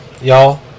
y'all